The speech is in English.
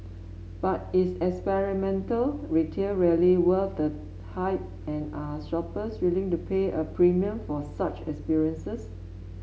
but is experiential retail really worth the hype and are shoppers willing to pay a premium for such experiences